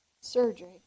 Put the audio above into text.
surgery